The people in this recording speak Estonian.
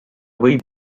võib